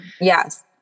Yes